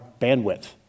bandwidth